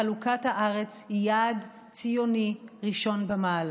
חלוקת הארץ היא יעד ציוני ראשון במעלה.